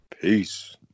Peace